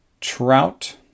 Trout